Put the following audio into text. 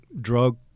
drug